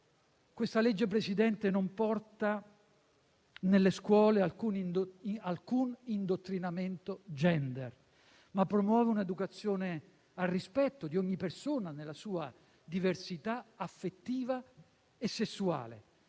questa legge non porta nelle scuole alcun indottrinamento *gender*, ma promuove un'educazione volta al rispetto di ogni persona nella sua diversità affettiva e sessuale,